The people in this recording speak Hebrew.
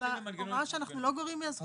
בהוראה שאנחנו לא גורעים מהזכות של העובד?